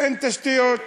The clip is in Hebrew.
אין תשתיות.